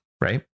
Right